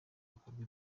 bikorwa